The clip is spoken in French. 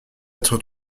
être